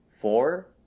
Four